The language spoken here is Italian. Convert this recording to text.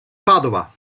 padova